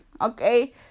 okay